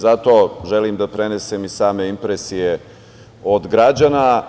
Zato želim da prenesem i same impresije od građana.